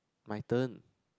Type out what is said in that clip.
my turn